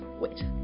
Wait